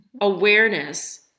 awareness